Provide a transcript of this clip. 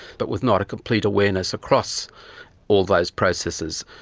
but with not a complete awareness across all those processes.